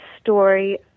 story